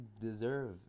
deserve